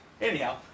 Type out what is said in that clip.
Anyhow